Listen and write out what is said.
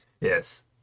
Yes